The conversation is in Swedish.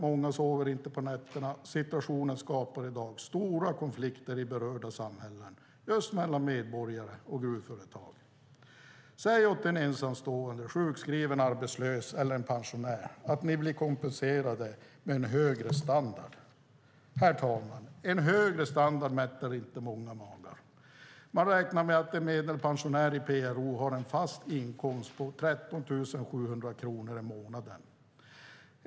Många sover inte på nätterna. Situationen skapar i dag stora konflikter i berörda samhällen mellan medborgare och gruvföretag. Säg till en ensamstående, sjukskriven, arbetslös eller pensionär att han eller hon blir kompenserad men en högre standard! Herr talman! En högre standard mättar inte många magar. Man räknar med att en medelpensionär i PRO har en fast inkomst på 13 700 kronor i månaden.